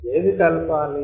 ఏది కలపాలి